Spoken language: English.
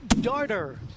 darter